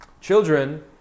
Children